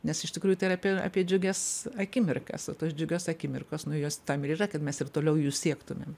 nes iš tikrųjų tai yra apie džiugias akimirkas o tos džiugios akimirkos nu jos tam ir yra kad mes ir toliau jų siektumėm